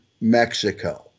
Mexico